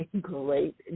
great